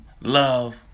love